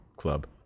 club